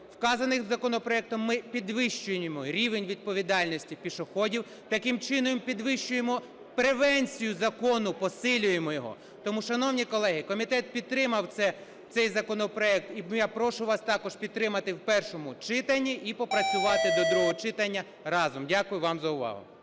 Вказаним законопроектом ми підвищуємо рівень відповідальності пішоходів. Таким чином підвищуємо превенцію закону, посилюємо його. Тому, шановні колеги, комітет підтримав цей законопроект. І я прошу вас також підтримати в першому читанні і попрацювати до другого читання разом. Дякую вам за увагу.